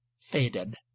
faded